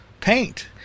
paint